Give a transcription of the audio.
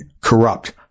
corrupt